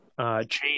Change